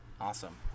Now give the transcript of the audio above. Awesome